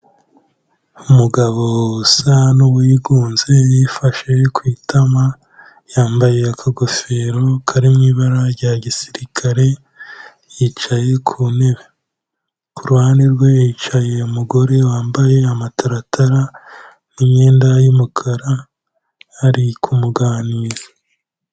Umugabo usa n'uwigunze yifashe ku itama, yambaye akagofero kari mu ibara rya gisirikare yicaye ku ntebe, ku ruhande rwe hicaye umugore wambaye amataratara n'imyenda y'umukara ari kumuganiza.